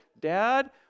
Dad